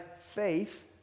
faith